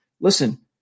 listen